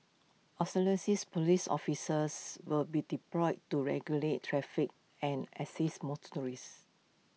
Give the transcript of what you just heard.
Police officers will be deployed to regulate traffic and assist